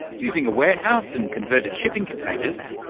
using a warehouse and converted shipping containers,